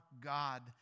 God